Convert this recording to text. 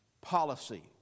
policy